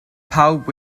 pawb